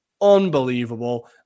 unbelievable